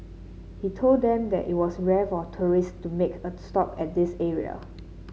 he told them that it was rare for tourist to make a stop at this area